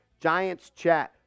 GIANTSCHAT